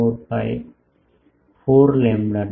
454 lambda not